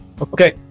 okay